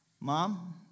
Mom